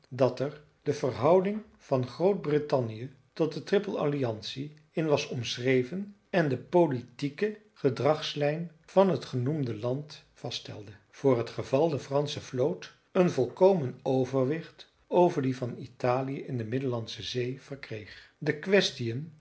dat er de verhouding van groot britannië tot de triple alliantie in was omschreven en de politieke gedragslijn van het genoemde land vaststelde voor t geval de fransche vloot een volkomen overwicht over die van italië in de middellandsche zee verkreeg de quaestiën